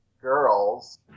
girls